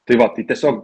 tai va tai tiesiog